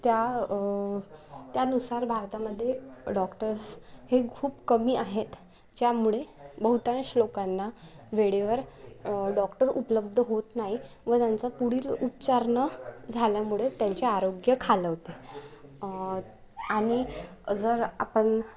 त्या त्यानुसार भारतामध्ये डॉक्टर्स हे खूप कमी आहेत ज्यामुळे बहुतांश लोकांना वेळेवर डॉक्टर उपलब्ध होत नाही व त्यांचं पुढील उपचार न झाल्यामुळे त्यांचे आरोग्य खालावते आणि जर आपण